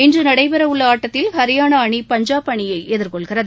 இன்று நடைபெறவுள்ள ஆட்டத்தில் ஹரியான அணி பஞ்சாப் அணியை எதிர்கொள்கிறது